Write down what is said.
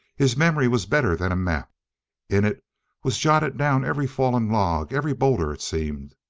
his memory was better than a map in it was jotted down every fallen log, every boulder, it seemed.